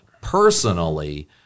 personally